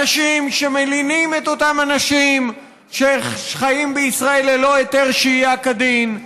אנשים שמלינים את אותם אנשים שחיים בישראל ללא היתר שהייה כדין,